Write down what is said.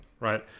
right